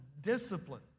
discipline